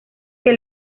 que